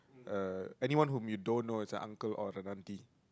uh anyone whom you don't know is an uncle or an aunty